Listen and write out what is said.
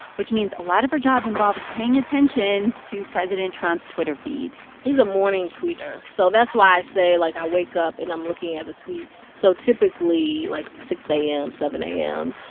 which means a lot of her job involves paying attention to president trump's twitter feed he's a morning tweeter, so that's why i say, like, i wake up, and i'm looking at the tweets. so typically, like, six a m, seven a m,